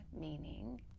meaning